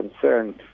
concerned